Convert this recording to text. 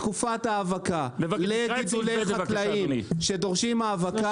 בתקופת האבקה לניצולי חקלאיים שדורשים האבקה.